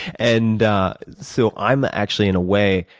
and so i'm actually, in a way,